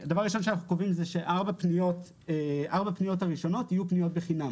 דבר ראשון שאנחנו קובעים זה שארבע הפניות הראשונות יהיו בחינם.